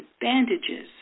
bandages